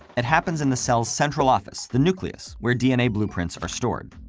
it happens in the cell's central office the nucleus, where dna blueprints are stored.